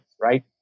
right